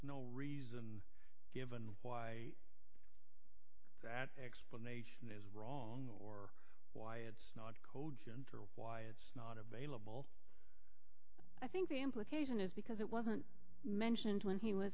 no reason given why that explanation is wrong or why it's not true why it's not available i think the implication is because it wasn't mentioned when he was